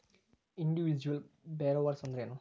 Individual borrowers ಅಂದ್ರೇನು?